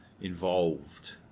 involved